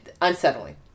unsettling